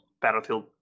Battlefield